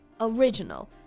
original